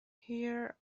here